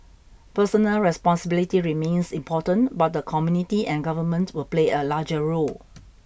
personal responsibility remains important but the community and government will play a larger role